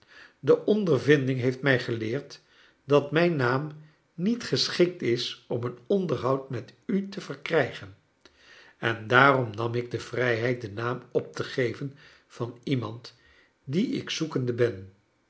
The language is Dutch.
e ondervinding heeft mij geleerd dat mijn naam niet geschikt is om een onderhoud met u te verkrijgen en daarom nam ik de vrijheid den naam op te geven van iemand dien ik zoekende ben